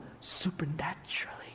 Supernaturally